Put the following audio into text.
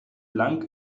lang